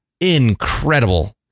Incredible